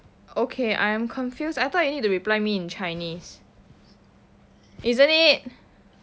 okay I'm confused I thought you need to reply me in chinese isn't it